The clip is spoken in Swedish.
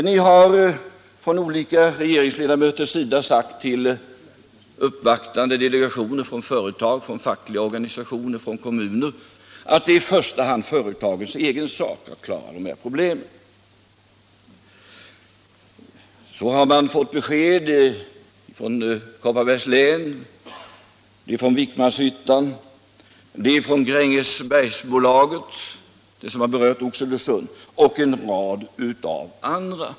Ni har från olika regeringsledamöters sida sagt till uppvaktande delegationer från företag, fackliga organisationer och kommuner att det i första hand är företagens egen sak att klara de här problemen. Det beskedet har man fått i Kopparbergs län om Vikmanshyttan, från Grängesbergsbolaget beträffande Oxelösund och i en rad andra fall.